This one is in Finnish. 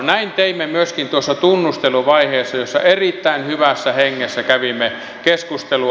näin teimme myöskin tuossa tunnusteluvaiheessa jossa erittäin hyvässä hengessä kävimme keskustelua